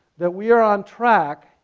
that we are on track,